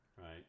Right